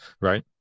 right